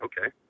okay